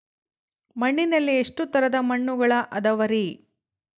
ಮಣ್ಣಿನಲ್ಲಿ ಎಷ್ಟು ತರದ ಮಣ್ಣುಗಳ ಅದವರಿ?